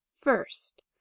first